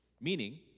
Meaning